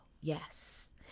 Yes